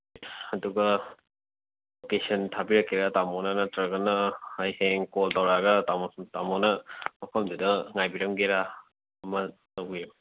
ꯑꯗꯨꯒ ꯂꯣꯀꯦꯁꯟ ꯊꯥꯕꯤꯔꯛꯀꯦꯔꯥ ꯇꯥꯃꯣꯅ ꯅꯠꯇ꯭ꯔꯒꯅ ꯑꯩ ꯍꯌꯦꯡ ꯀꯣꯜ ꯇꯧꯔꯛꯑꯒ ꯇꯥꯃꯣꯁꯨ ꯇꯥꯃꯣꯅ ꯃꯐꯝꯗꯨꯗ ꯉꯥꯏꯕꯤꯔꯝꯒꯦꯔꯥ ꯑꯃ ꯇꯧꯕꯤꯌꯨ